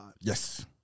Yes